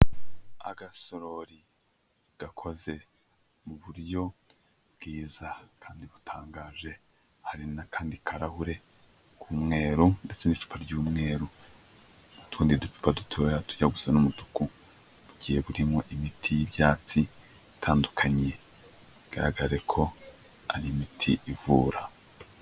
Agasorori gakoze mu buryo bwiza kandi butangaje, hari n'akandi karahure k'umweru ndetse n'icupa ry'umweru n'utundi ducupa dutoya tujya gusa n'umutuku bugiye burimo imiti y'ibyatsi itandukanye bigaragare ko ari imiti ivura.